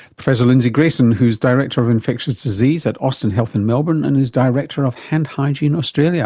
professor lindsay grayson who is director of infectious disease at austin health in melbourne and is director of hand hygiene australia